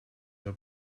your